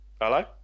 Hello